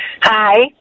Hi